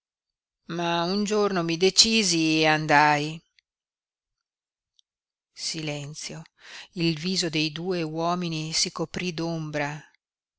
ma un giorno mi decisi e andai silenzio il viso dei due uomini si coprí